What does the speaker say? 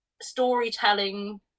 storytelling